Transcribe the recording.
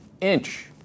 inch